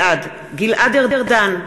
בעד גלעד ארדן,